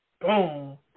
Boom